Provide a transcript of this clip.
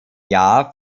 jahr